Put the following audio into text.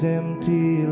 empty